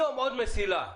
היום עוד מסילה צפונה,